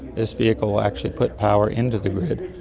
this vehicle will actually put power into the grid.